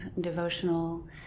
devotional